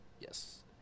Yes